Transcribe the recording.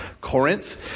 Corinth